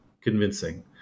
convincing